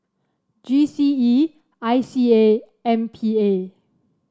G C E I C A M P A